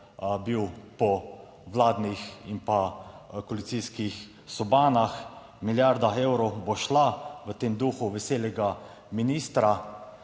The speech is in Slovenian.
bil po vladnih in pa koalicijskih sobanah, milijarda evrov bo šla v tem duhu veselega ministra.